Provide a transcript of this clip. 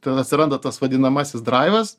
ten atsiranda tas vadinamasis draivas